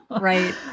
Right